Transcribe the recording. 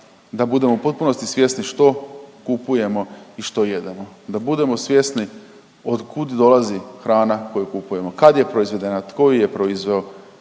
da budemo u potpunosti svjesni što kupujemo i što jedemo. Da budemo svjesni od kud dolazi hrana koju kupujemo. Kad je proizvedena, tko ju je proizveo,